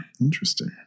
Interesting